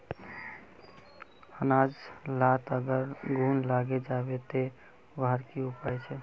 अनाज लात अगर घुन लागे जाबे ते वहार की उपाय छे?